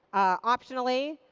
optionally,